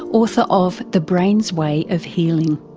author of the brain's way of healing.